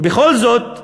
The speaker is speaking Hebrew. ובכל זאת,